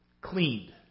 cleaned